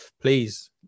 please